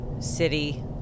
city